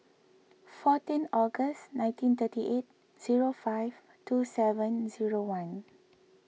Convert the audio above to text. fourteen August nineteen thirty eight zero five two seven zero one